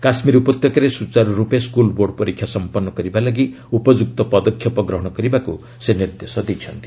କାଶ୍ମୀର ଉପତ୍ୟକାରେ ସୂଚାରୁରୂପେ school board ପରୀକ୍ଷା ସଂପନ୍ନ କରିବା ଲାଗି ଉପଯୁକ୍ତ ପଦକ୍ଷେପ ଗ୍ରହଣ କରିବାକୁ ସେ ନିର୍ଦ୍ଦେଶ ଦେଇଛନ୍ତି